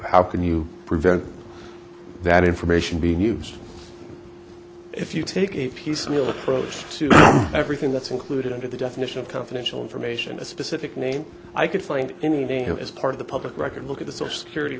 how can you prevent that information being used if you take a piecemeal approach to everything that's included under the definition of confidential information a specific name i could find anything as part of the public record look at the source curity